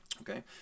Okay